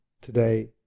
today